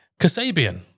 Kasabian